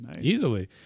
Easily